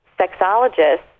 sexologists